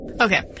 Okay